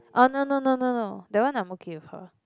oh no no no no no that one I'm okay with her